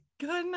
goodness